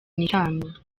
nitanu